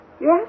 Yes